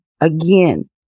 again